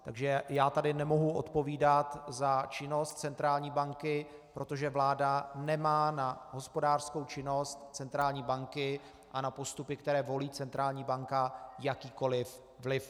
Takže já tady nemohu odpovídat za činnost centrální banky, protože vláda nemá na hospodářskou činnost centrální banky a na postupy, které volí centrální banka, jakýkoli vliv.